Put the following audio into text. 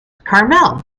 carmel